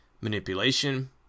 manipulation